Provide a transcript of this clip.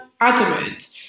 adamant